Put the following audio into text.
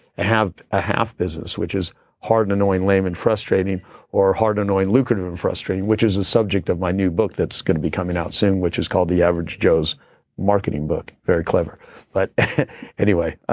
a half business which is hard and annoying, lame and frustrating or hard, annoying, lucrative and frustrating, which is a subject of my new book that's going to be coming out soon, which is called the average joe's marketing book, very clever but anyway,